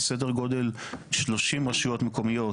יש סדר גדול של 30 רשויות מקומיות